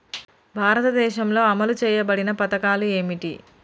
భారతదేశంలో అమలు చేయబడిన పథకాలు ఏమిటి?